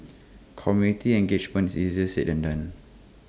community engagement is easier said than done